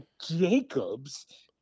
Jacobs